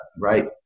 right